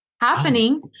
happening